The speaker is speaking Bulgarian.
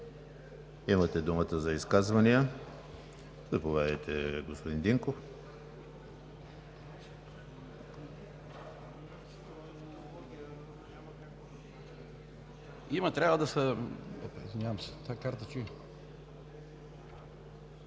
Имате думата за изказвания.